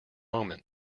moment